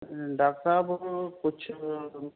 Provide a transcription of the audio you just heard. doctor صاحب وہ کچھ